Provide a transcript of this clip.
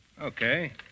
Okay